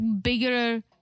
bigger